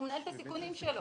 הוא מנהל את הסיכונים שלו.